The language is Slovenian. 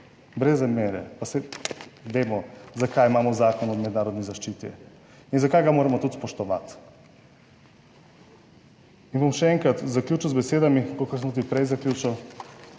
Brez zamere, pa saj vemo zakaj imamo Zakon o mednarodni zaščiti in zakaj ga moramo tudi spoštovati. In bom še enkrat zaključil z besedami, kakor sem tudi prej zaključil,